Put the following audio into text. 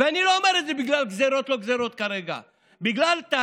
ואני לא אומר את זה כרגע בגלל גזרות,